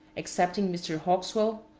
excepting mr. hauxwell,